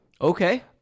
Okay